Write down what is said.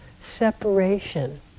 separation